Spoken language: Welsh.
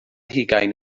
hugain